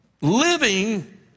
living